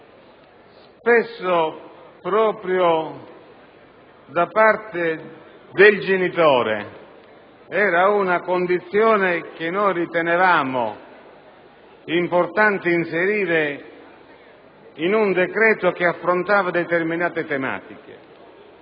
spesso proprio da parte del genitore, era una condizione che ritenevamo importante inserire in un decreto che affrontava determinate tematiche.